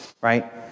right